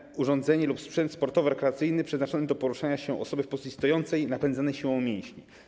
Jest to urządzenie lub sprzęt sportowo-rekreacyjny przeznaczone do poruszania się osoby w pozycji stojącej, napędzane siłą mięśni.